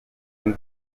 boyz